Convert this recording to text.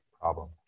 problem